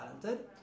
talented